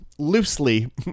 Loosely